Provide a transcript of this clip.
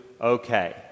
okay